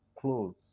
clothes